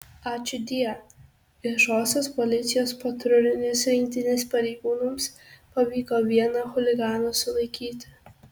ačiūdie viešosios policijos patrulinės rinktinės pareigūnams pavyko vieną chuliganą sulaikyti